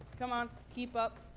come on, keep up.